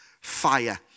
fire